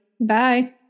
Bye